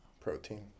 Protein